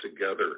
together